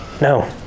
No